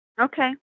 Okay